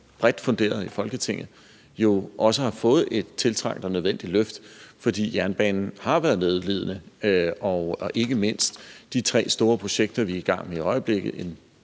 bredt funderet i Folketinget, har fået et tiltrængt og nødvendigt løft, for jernbanen har været nødlidende, ikke mindst med de tre store projekter, vi er i gang med i øjeblikket,